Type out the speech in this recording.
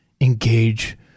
Engage